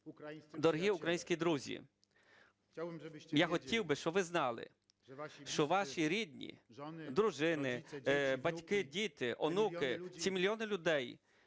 Дорогі українські друзі, я хотів би, щоб ви знали, що ваші рідні, дружини, батьки, діти, онуки – ці мільйони людей,